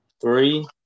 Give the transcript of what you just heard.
three